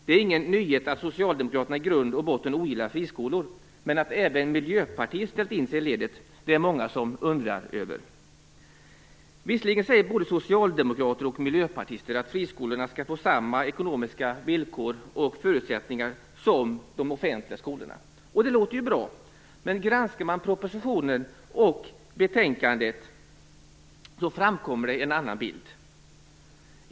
Det är ingen nyhet att Socialdemokraterna i grund och botten ogillar friskolor, men att även Miljöpartiet har ställt in sig i ledet är det många som undrar över. Visserligen säger både socialdemokrater och miljöpartister att friskolorna skall få samma ekonomiska villkor och förutsättningar som de offentliga skolorna. Det låter ju bra. Men granskar man propositionen och betänkandet framkommer en annan bild.